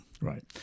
Right